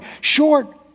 short